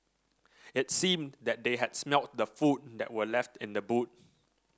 it seemed that they had smelt the food that were left in the boot